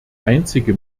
einzige